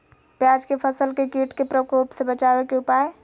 प्याज के फसल के कीट के प्रकोप से बचावे के उपाय?